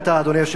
אדוני היושב-ראש,